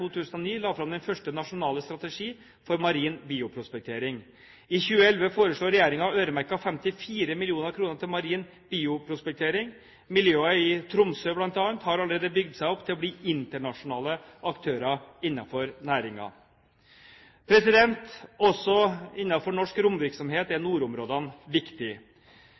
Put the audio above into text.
la fram den første nasjonale strategi for marin bioprospektering. I 2011 foreslår regjeringen øremerket 54 mill. kr til marin bioprospektering. Miljøer i Tromsø, bl.a., har allerede bygd seg opp til å bli internasjonale aktører innenfor næringen. Også innenfor norsk romvirksomhet er nordområdene